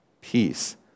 peace